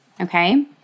Okay